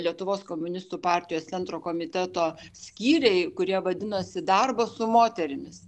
lietuvos komunistų partijos centro komiteto skyriai kurie vadinosi darbo su moterimis